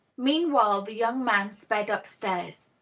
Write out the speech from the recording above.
meanwhile, the young man sped up-stairs.